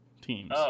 teams